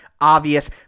obvious